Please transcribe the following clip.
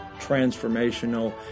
transformational